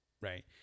right